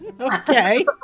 Okay